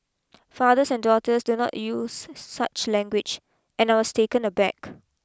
fathers and daughters do not use such language and I was taken a back